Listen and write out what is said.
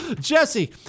Jesse